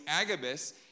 Agabus